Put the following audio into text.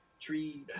tree